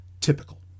Typical